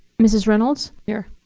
mrs. reynolds. here.